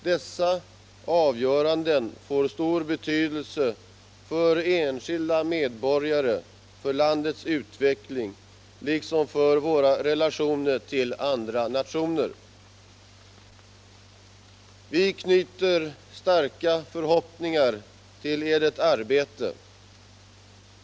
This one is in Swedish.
Dessa avgöranden får stor betydelse för enskilda medborgare, för landets utveckling liksom för våra relationer till andra nationer. Vi knyter starka förhoppningar till edert arbete.